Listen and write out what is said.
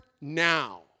now